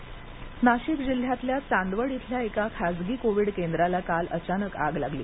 चांदवड नाशिक नाशिक जिल्ह्यातल्या चादवड इथल्या एका खासगी कोविड केंद्राला काल अचानक आग लागली